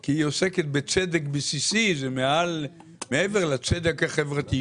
כי היא עוסקת בצדק בסיסי, זה מעבר לצדק החברתי.